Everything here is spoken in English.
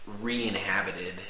re-inhabited